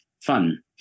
fun